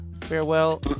farewell